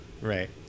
Right